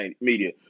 media